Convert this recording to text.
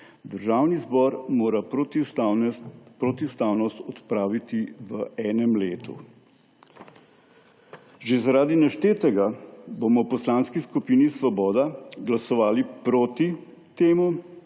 Državni zbor mora protiustavnost odpraviti v enem letu. Že zaradi naštetega bomo v Poslanski skupini Svoboda glasovali proti temu,